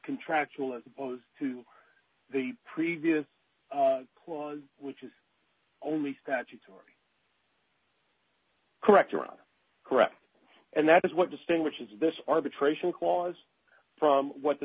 contractual as opposed to the previous clause which is only statutory correct or a correct and that is what distinguishes this arbitration clause from what the